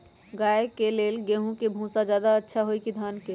गाय के ले गेंहू के भूसा ज्यादा अच्छा होई की धान के?